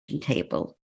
table